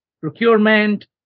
procurement